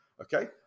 Okay